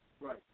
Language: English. Right